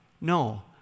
No